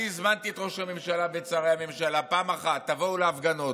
אני הזמנתי את ראש הממשלה ואת שרי הממשלה: פעם אחת תבואו להפגנות.